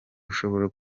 ushobora